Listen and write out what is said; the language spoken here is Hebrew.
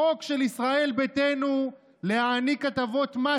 החוק של ישראל ביתנו להעניק הטבות מס